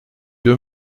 deux